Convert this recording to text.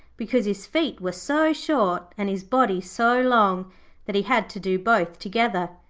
because his feet were so short and his body so long that he had to do both together.